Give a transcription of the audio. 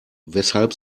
weshalb